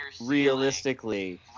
realistically